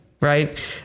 right